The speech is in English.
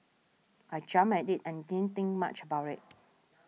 I jumped at it and didn't think much about it